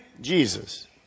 Jesus